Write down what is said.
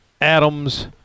Adams